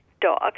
dog